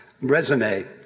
resume